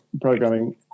programming